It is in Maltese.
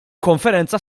konferenza